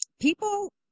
people